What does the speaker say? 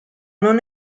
non